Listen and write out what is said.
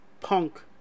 Punk